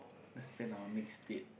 let's plan our next date